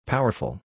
Powerful